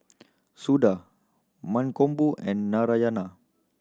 Suda Mankombu and Narayana